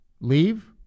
leave